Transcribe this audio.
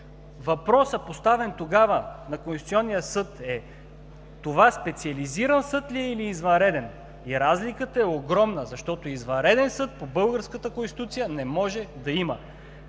Въпросът, поставен тогава на Конституционния съд е: това Специализиран съд ли е или извънреден? И разликата е огромна, защото извънреден съд по българската Конституция не може да има.